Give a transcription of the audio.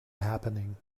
happening